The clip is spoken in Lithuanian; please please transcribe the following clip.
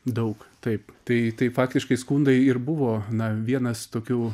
daug taip tai tai faktiškai skundai ir buvo na vienas tokių